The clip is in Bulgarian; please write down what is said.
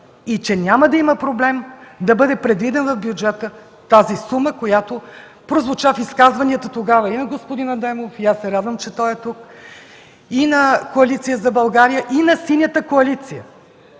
и че няма да има проблем да бъде предвидена в бюджета тази сума, която прозвуча в изказванията тогава и на господин Адемов – радвам се, че той е тук, и на Коалиция за България, и на Синята коалиция,